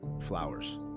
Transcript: flowers